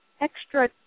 extra